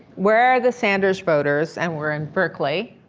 where are the sanders voters, and we're in berkeley,